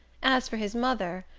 as for his mother,